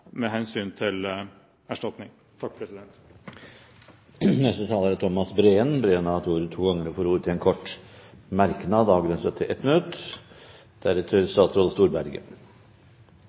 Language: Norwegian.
med hensyn til erstatning. Representanten Thomas Breen har hatt ordet to ganger tidligere og får ordet til en kort merknad, avgrenset til 1 minutt.